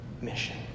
mission